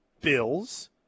Bills